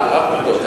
רק עובדות.